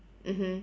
mmhmm